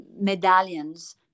medallions